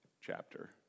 chapter